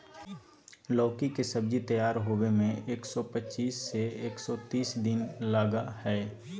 लौकी के सब्जी तैयार होबे में एक सौ पचीस से एक सौ तीस दिन लगा हइ